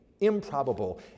improbable